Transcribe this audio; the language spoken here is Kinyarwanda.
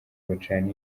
bacana